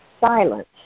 silence